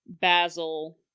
Basil